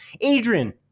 Adrian